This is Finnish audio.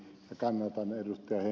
hemmilän aloitetta